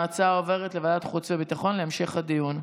ההצעה עוברת לוועדת החוץ והביטחון להמשך הדיון.